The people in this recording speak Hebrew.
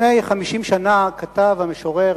לפני 50 שנה כתב המשורר,